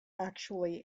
actually